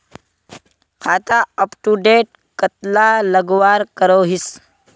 खाता अपटूडेट कतला लगवार करोहीस?